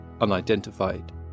unidentified